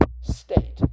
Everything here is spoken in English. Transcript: state